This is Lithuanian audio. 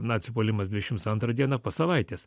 nacių puolimas dvidešims antrą dieną po savaitės